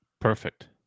Perfect